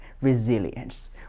resilience